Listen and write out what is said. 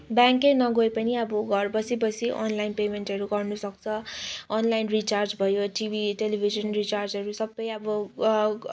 ब्याङ्कै नगए पनि अब घर बसि बसि अनलाइन पेमेन्टहरू गर्नुसक्छ अनलाइन रिचार्ज भयो टिभी टेलिभिजन रिचार्जहरू सबै अब